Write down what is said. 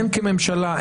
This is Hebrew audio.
הן כממשלה,